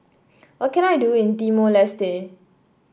what can I do in Timor Leste